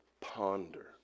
ponder